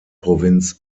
provinz